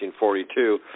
1942